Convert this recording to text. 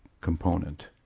component